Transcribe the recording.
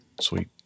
Sweet